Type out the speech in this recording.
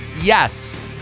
Yes